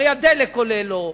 הרי הדלק עולה לו,